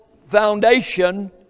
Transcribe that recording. foundation